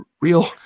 real